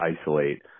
isolate